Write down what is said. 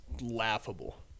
laughable